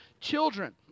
children